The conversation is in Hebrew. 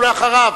ואחריו,